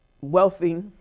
Wealthy